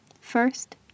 First